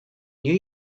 new